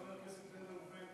כולל חבר הכנסת בן ראובן,